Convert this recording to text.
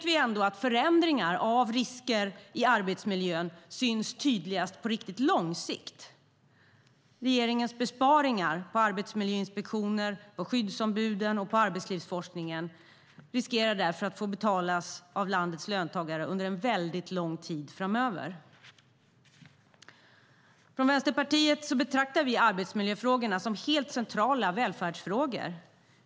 Vi vet att förändringar av risker i arbetsmiljön syns tydligast på lång sikt. Regeringens besparingar på arbetsmiljöinspektioner, skyddsombud och arbetslivsforskning riskerar landets löntagare därför att få betala av under lång tid framöver. Vänsterpartiet betraktar arbetsmiljöfrågorna som helt centrala välfärdsfrågor.